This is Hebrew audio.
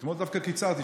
אתמול דווקא קיצרתי.